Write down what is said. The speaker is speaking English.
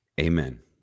Amen